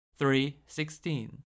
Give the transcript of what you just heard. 3.16